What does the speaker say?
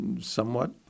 somewhat